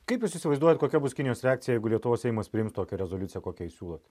kaip jūs įsivaizduojat kokia bus kinijos reakcija jeigu lietuvos seimas priims tokią rezoliuciją kokią jūs siūlot